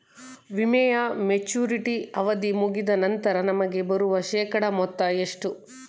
ವಿಮೆಯ ಮೆಚುರಿಟಿ ಅವಧಿ ಮುಗಿದ ನಂತರ ನಮಗೆ ಬರುವ ಶೇಕಡಾ ಮೊತ್ತ ಎಷ್ಟು?